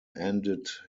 ended